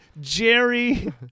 Jerry